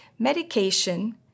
Medication